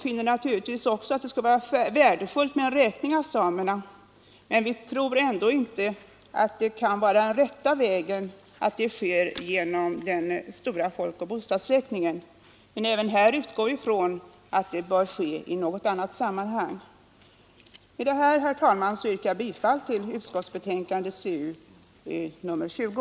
Vi finner naturligtvis att det skulle vara värdefullt med en räkning av samerna, men vi tror ändå inte att rätta vägen kan vara den stora folkoch bostadsräkningen. Även i detta fall utgår vi ifrån att en undersökning kan göras i annat sammanhang. Med dessa ord, herr talman, yrkar jag bifall till civilutskottets hemställan i betänkandet nr 20.